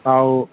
আৰু